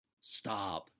Stop